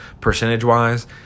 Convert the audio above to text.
percentage-wise